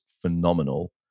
phenomenal